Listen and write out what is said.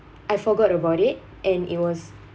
I forgot about it and it was